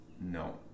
No